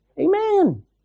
Amen